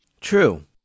True